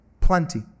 plenty